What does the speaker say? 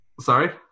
Sorry